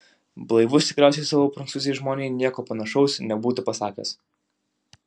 blaivus tikriausiai savo prancūzei žmonai nieko panašaus nebūtų pasakęs